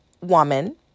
woman